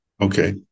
Okay